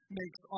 makes